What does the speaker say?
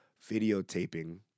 videotaping